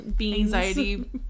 anxiety